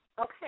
Okay